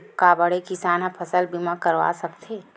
का बड़े किसान ह फसल बीमा करवा सकथे?